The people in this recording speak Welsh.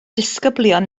disgyblion